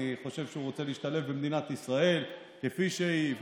אני חושב שהוא רוצה להשתלב במדינת ישראל כפי שהיא.